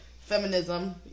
Feminism